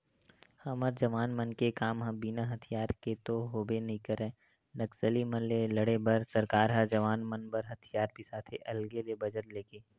हमर जवान मन के काम ह बिना हथियार के तो होबे नइ करय नक्सली मन ले लड़े बर सरकार ह जवान मन बर हथियार बिसाथे अलगे ले बजट लेके